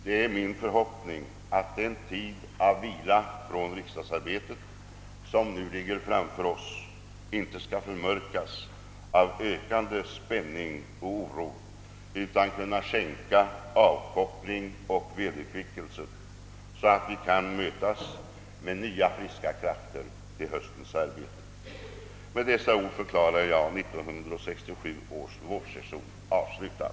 Det är min förhoppning att den tid av vila från riksdagsarbetet, som nu ligger framför oss, inte skall förmörkas av ökande spänning och oro utan kunna skänka avkoppling och vederkvickelse, så att vi kan mötas med nya friska krafter till höstens arbete. Med dessa ord förklarar jag 1967 års vårsession avslutad.